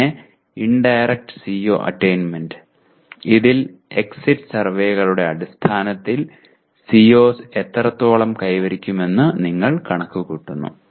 പിന്നെ indirect CO attainment ഇതിൽ exit സർവേകളുടെ അടിസ്ഥാനത്തിൽ COs എത്രത്തോളം കൈവരിക്കുമെന്ന് നിങ്ങൾ കണക്കുകൂട്ടുന്നു